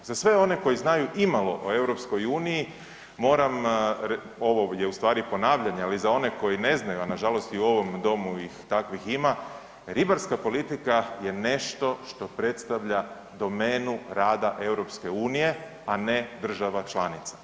Za sve one koji znaju imalo o EU, moram, ovo je ustvari ponavljanje, ali za one koji ne znaju, a nažalost i u ovom Domu ih takvih ima, ribarska politika je nešto što predstavlja domenu rada EU, a ne država članica.